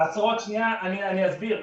אני אסביר.